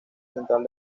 central